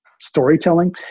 storytelling